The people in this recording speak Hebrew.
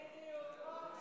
בדיוק.